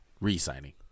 re-signing